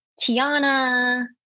Tiana